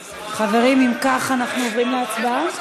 חברים, אם כך, אנחנו עוברים להצבעה?